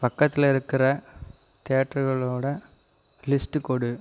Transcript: பக்கத்தில் இருக்கிற தியேட்டர்களோடய லிஸ்டு கொடு